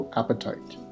appetite